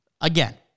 again